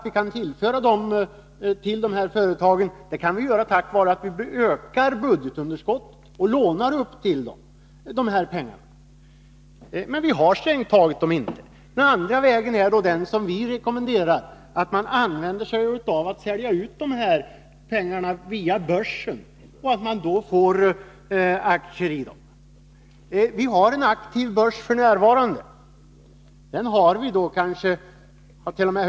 Vi kan tillföra dessa företag pengarna tack vare att vi ökar budgetunderskottet och lånar upp till dem. Men strängt taget har vi dem inte. Den andra vägen, som vi rekommenderar, är att sälja ut dessa företag via börsen och därmed få aktier i dem. Vi har en aktiv börs f. n. — jag hart.o.m.